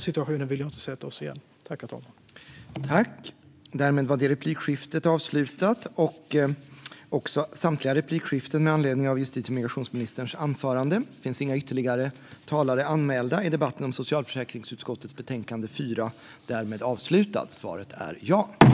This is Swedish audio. Jag vill inte sätta oss i den situationen igen.